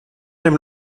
dem